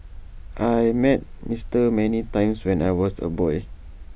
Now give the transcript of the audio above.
I met Mister many times when I was A boy